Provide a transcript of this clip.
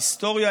היסטוריה,